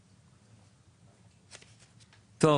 בבקשה.